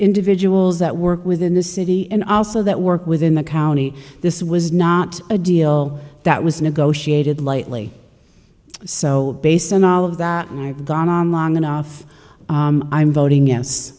individuals that work within the city and also that work within the county this was not a deal that was negotiated lightly so based on all of that and i've gone on long enough i'm voting yes